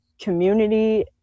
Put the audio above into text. community